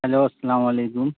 hello السلام علیکم